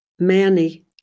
Manny